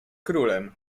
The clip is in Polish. królem